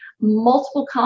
multiple